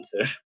answer